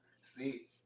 See